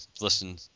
listen